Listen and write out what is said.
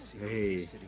hey